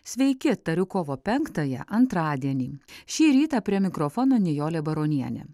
sveiki tariu kovo penktąją antradienį šį rytą prie mikrofono nijolė baronienė